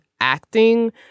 acting